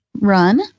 run